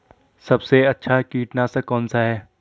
सबसे अच्छा कीटनाशक कौनसा है?